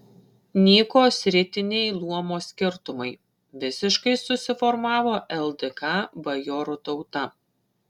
nyko sritiniai luomo skirtumai visiškai susiformavo ldk bajorų tauta